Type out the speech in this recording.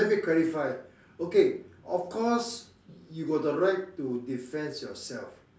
let me clarify okay of course you got the right to defense yourself